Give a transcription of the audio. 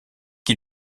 qui